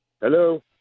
Hello